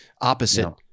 opposite